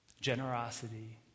generosity